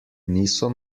niso